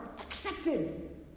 accepted